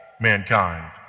mankind